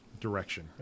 direction